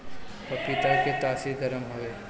पपीता के तासीर गरम हवे